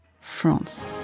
France